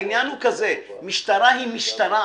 העניין הוא כזה: משטרה היא משטרה,